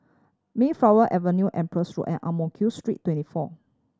Mayflower Avenue Empress Road and Ang Mo Kio Street Twenty four